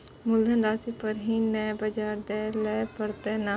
मुलधन राशि पर ही नै ब्याज दै लै परतें ने?